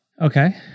Okay